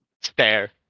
stare